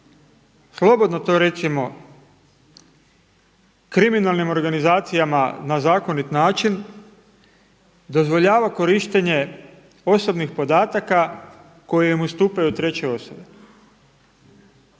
slobodno to recimo kriminalnim organizacijama na zakonit način dozvoljava korištenje osobnih podataka koje im ustupaju treće osobe?